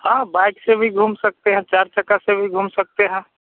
हाँ बाइक से भी घूम सकते हैं चार चक्का से भी घूम सकते हैं